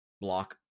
block